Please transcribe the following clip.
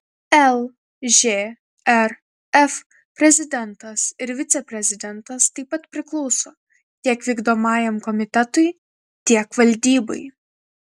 lžrf prezidentas ir viceprezidentas taip pat priklauso tiek vykdomajam komitetui tiek valdybai